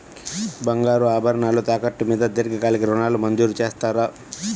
బంగారు ఆభరణాలు తాకట్టు మీద దీర్ఘకాలిక ఋణాలు మంజూరు చేస్తారా?